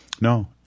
No